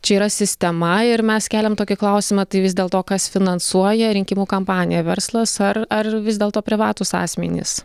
čia yra sistema ir mes keliam tokį klausimą tai vis dėlto kas finansuoja rinkimų kampaniją verslas ar ar vis dėlto privatūs asmenys